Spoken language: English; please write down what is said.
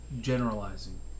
generalizing